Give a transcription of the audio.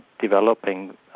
developing